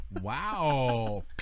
Wow